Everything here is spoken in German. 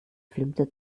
filmte